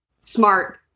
smart